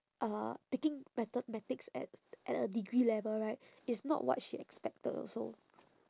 uh taking mathematics at at a degree level right is not what she expected also